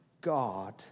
God